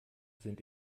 sind